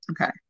Okay